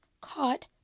caught